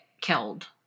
killed